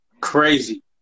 Crazy